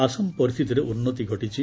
ଆସାମ ପରିସ୍ଥିତିରେ ଉନ୍ତି ଘଟିଛି